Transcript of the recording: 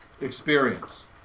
experience